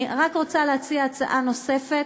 אני רק רוצה להציע הצעה נוספת,